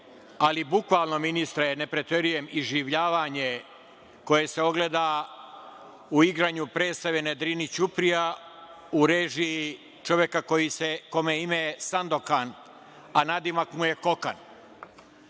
ali bukvalno, ministre, ne preterujem, iživljavanje koje se ogleda u igranju predstave "Na Drini ćuprija", u režiji čoveka kome je ime Sandokan, a nadimak mu je Kokan?